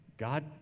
God